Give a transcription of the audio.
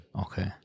Okay